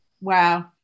Wow